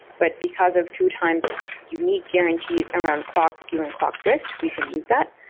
but because of true time's unique guarantees around clock skewing, clock drift, we can use that.